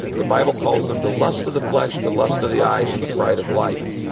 the bible calls them the lust of the flesh, the lust of the eyes, and the pride of life.